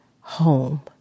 home